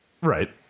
Right